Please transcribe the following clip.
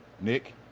Nick